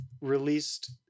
released